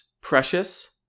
Precious